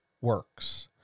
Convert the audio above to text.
works